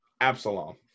Absalom